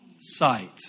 sight